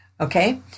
okay